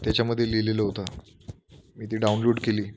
त्याच्यामध्ये लिहिलेलं होतं मी ती डाउनलोड केली